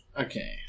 Okay